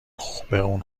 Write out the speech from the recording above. خون